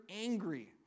angry